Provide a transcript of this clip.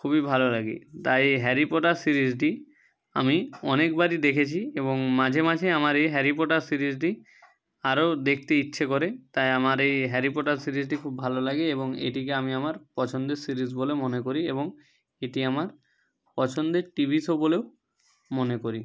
খুবই ভালো লাগে তাই এই হ্যারি পটার সিরিজটি আমি অনেকবারই দেখেছি এবং মাঝে মাঝে আমার এই হ্যারি পটার সিরিজটি আরো দেখতে ইচ্ছে করে তাই আমার এই হ্যারি পটার সিরিজটি খুব ভালো লাগে এবং এইটিকে আমি আমার পছন্দের সিরিজ বলে মনে করি এবং এটি আমার পছন্দের টিভি শো বলেও মনে করি